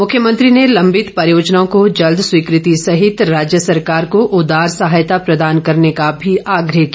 मुख्यमंत्री ने लंबित परियोजनाओं को जल्द स्वीकृति सहित राज्य सरकार को उदार सहायता प्रदान करने को भी आग्रह किया